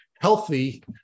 healthy